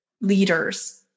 leaders